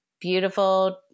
beautiful